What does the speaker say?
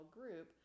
group